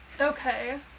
Okay